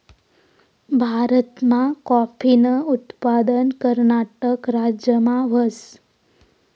भारतमा काॅफीनं उत्पादन कर्नाटक राज्यमा व्हस